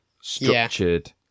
structured